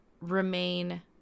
remain